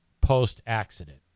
post-accident